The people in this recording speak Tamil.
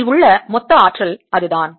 இதில் உள்ள மொத்த ஆற்றல் அதுதான்